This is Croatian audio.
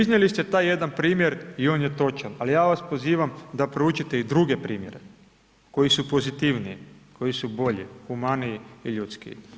Iznijeli ste taj jedan primjer i on je točan ali ja vas pozivam da proučite i druge primjere koji su pozitivniji, koji su bolji, humaniji i ljudskiji.